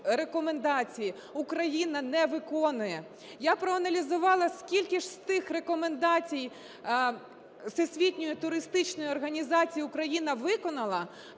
рекомендації, Україна не виконує. Я проаналізувала, скільки ж з тих рекомендацій Всесвітньої туристичної організації Україна виконала,